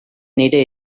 nire